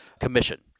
Commission